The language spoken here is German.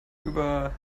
über